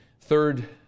Third